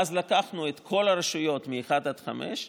ואז לקחנו את כל הרשויות מ-1 עד 5,